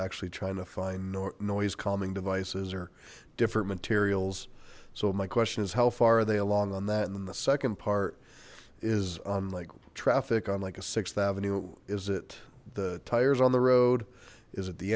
actually trying to find noise calming devices or different materials so my question is how far are they along on that and then the second part is unlike traffic on like a sixth avenue is it the tires on the road is that the